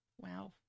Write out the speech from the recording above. Wow